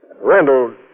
Randall